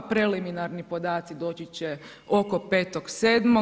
Preliminarni podaci doći će oko 5.7.